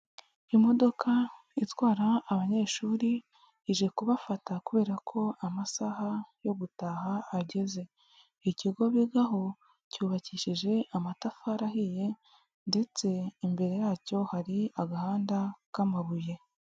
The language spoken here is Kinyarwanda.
Imodoka itwara abanyeshuri ije kubafata kubera ko amasaha yo gutaha ageze, ikigo bigaho cyubakishije amatafari ahiye ndetse imbere yacyo hari agahanda k'amabuye.